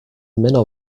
männer